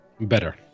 Better